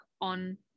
on